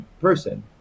person